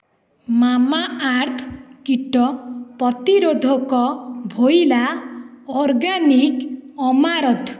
Mamaearth କୀଟ ପ୍ରତିରୋଧକ ଭୋଇଲା ଅର୍ଗାନିକ୍ ଆମାରାନ୍ଥ୍